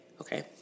Okay